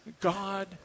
God